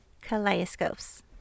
kaleidoscopes